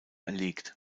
erlegt